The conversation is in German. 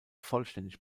vollständig